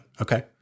Okay